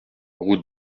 route